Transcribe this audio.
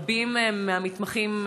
רבים מהמתמחים,